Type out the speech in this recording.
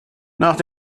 nach